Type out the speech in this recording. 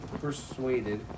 persuaded